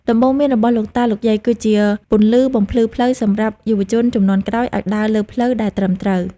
ដំបូន្មានរបស់លោកតា លោកយាយ គឺជាពន្លឺបំភ្លឺផ្លូវសម្រាប់យុវជនជំនាន់ក្រោយឱ្យដើរលើផ្លូវដែលត្រឹមត្រូវ។